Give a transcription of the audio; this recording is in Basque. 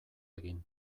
egin